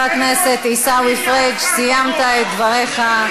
חבר הכנסת עיסאווי פריג', סיימת את דבריך.